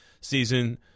season